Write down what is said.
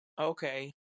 Okay